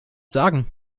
sagen